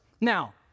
Now